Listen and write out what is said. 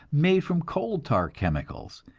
made from coal tar chemicals,